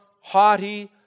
haughty